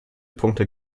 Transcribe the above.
punkte